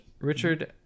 Richard